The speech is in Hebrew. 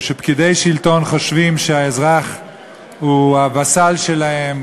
כשפקידי שלטון חושבים שהאזרח הוא הווסל שלהם,